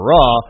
Raw